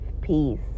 Peace